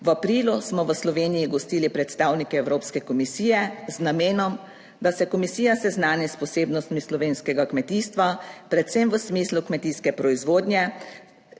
V aprilu smo v Sloveniji gostili predstavnike Evropske komisije z namenom, da se komisija seznani s posebnostmi slovenskega kmetijstva, predvsem v smislu kmetijske proizvodnje.